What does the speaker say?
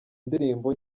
ndirimbo